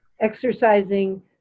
exercising